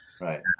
right